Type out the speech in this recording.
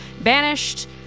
banished